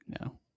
No